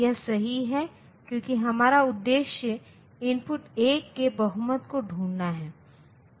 इसी तरह अगर मैं कहना चाहता हूं कि 7 का प्रतिनिधित्व 1000 के रूप में किया जाता है